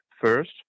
First